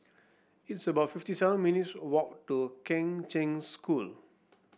it's about fifty seven minutes' walk to Kheng Cheng School